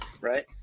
right